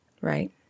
Right